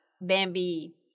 Bambi